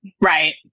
Right